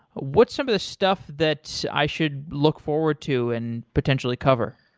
what some of the stuff that's i should look forward to and potentially cover?